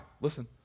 Listen